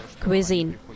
cuisine